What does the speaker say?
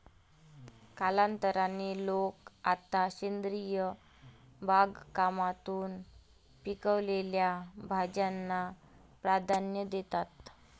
कालांतराने, लोक आता सेंद्रिय बागकामातून पिकवलेल्या भाज्यांना प्राधान्य देतात